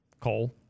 Coal